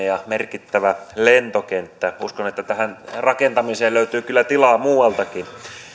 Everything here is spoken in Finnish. ja merkittävä lentokenttä uskon että tähän rakentamiseen löytyy kyllä tilaa muualtakin